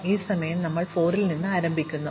അതിനാൽ ഈ സമയം ഞങ്ങൾ 4 ന് ആരംഭിക്കുന്നു